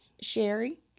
Sherry